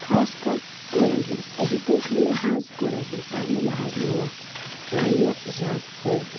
خاص کَر کورٮ۪ن ہِنٛدِس ایٚجُوکیشنہٕ لحاظ کورٮ۪ن ہِنٛدۍ پرنہٕ لحاظ میوٗل اَتھ وارِیاہ زیادٕ فٲیدٕ